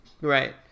Right